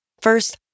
first